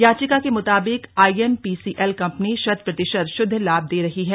याचिका के मुताबिक आईएमपीसीएल कंपनी शतप्रतिशत शुद्ध लाभ दे रही है